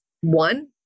One